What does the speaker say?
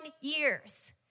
years